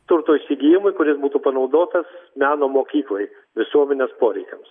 turto įsigijimui kuris būtų panaudotas meno mokyklai visuomenės poreikiams